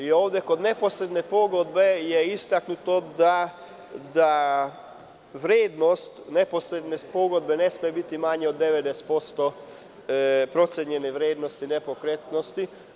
Ovde kod neposredne pogodbe je istaknuto da vrednost neposredne pogodbe ne sme biti manja od 90% procenjena vrednosti nepokretnosti.